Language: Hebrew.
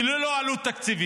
על כך שהיא ללא עלות תקציבית,